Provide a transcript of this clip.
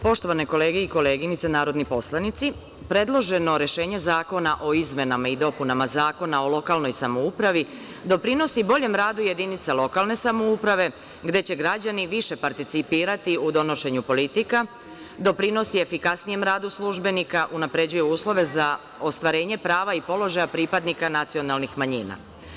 Poštovane kolege i koleginice narodni poslanici predloženo rešenje Zakona o izmenama i dopunama Zakona o lokalnoj samoupravi doprinosi boljem radu jedinica lokalne samouprave, gde će građani više participirati u donošenju politika, doprinosi efikasnijem radu službenika, unapređuje uslove za ostvarenje prava i položaja pripadnika nacionalnih manjina.